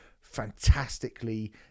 fantastically